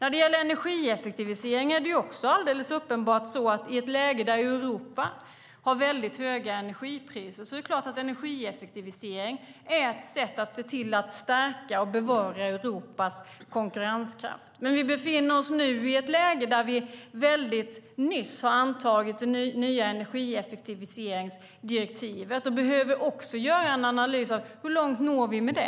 Det är också alldeles uppenbart att i ett läge där Europa har höga energipriser är energieffektivisering ett sätt att stärka och bevara Europas konkurrenskraft. Men vi befinner oss nu i ett läge där vi väldigt nyligen har antagit det nya energieffektiviseringsdirektivet. Vi behöver också göra en analys: Hur långt når vi med det?